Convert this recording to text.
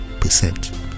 percent